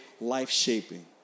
life-shaping